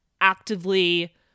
actively